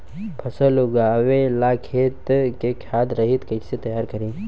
फसल उगवे ला खेत के खाद रहित कैसे तैयार करी?